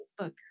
Facebook